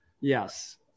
Yes